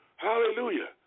Hallelujah